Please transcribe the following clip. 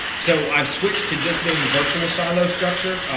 so i've switched to just doing virtual silo structure,